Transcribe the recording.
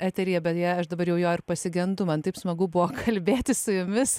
eteryje beje aš dabar jau jo pasigendu man taip smagu buvo kalbėtis su jumis